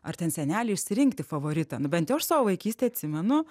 ar ten seneliai išsirinkti favoritą nu bent jau aš savo vaikystėj atsimenu